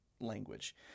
language